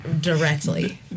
directly